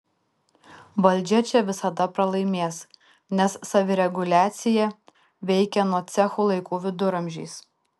valdžia čia visada pralaimės nes savireguliacija veikia nuo cechų laikų viduramžiais